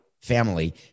family